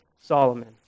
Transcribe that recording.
Solomon